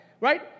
right